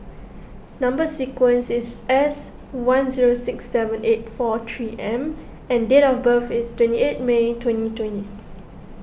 Number Sequence is S one zero six seven eight four three M and date of birth is twenty eight May twenty twenty